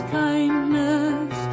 kindness